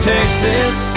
Texas